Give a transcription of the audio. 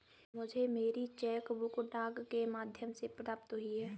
मुझे मेरी cheque book डाक के माध्यम से प्राप्त हुई है